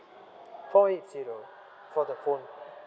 four eight zero for the phone